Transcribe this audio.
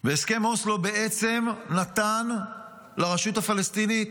והסכם אוסלו בעצם נתן לרשות הפלסטינית